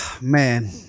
man